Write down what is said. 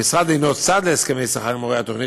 המשרד אינו צד להסכמי שכר עם מורי התוכנית,